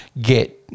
get